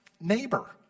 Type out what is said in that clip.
Neighbor